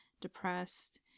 depressed